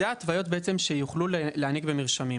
אלה ההתוויות שיוכלו להעניק במרשמים.